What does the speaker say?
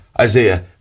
Isaiah